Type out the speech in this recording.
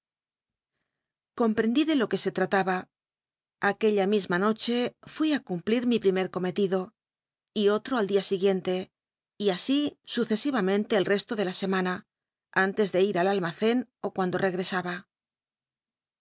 comprendi de lo que se tmlaha aquella misma noche fui i cumplir mi primer t'omctido y fltro al dia iguicn te y así succsi'amente el resto de la semana antes de ir al al macen ó cuando regresaba